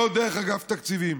לא דרך אגף התקציבים.